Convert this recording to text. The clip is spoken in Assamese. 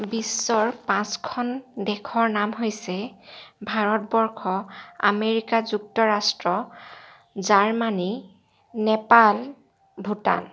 বিশ্বৰ পাঁচখন দেশৰ নাম হৈছে ভাৰতবৰ্ষ আমেৰিকা যুক্তৰাষ্ট্ৰ জাৰ্মানি নেপাল ভূটান